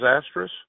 disastrous